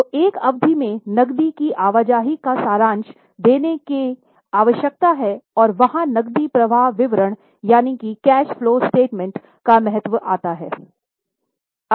तो एक अवधि में नक़दी की आवाजाही का सारांश देने की आवश्यकता है और वहाँ नकदी प्रवाह विवरण का महत्व आता है